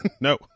No